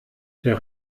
der